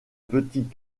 petits